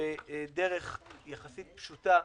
בדרך יחסית פשוטה.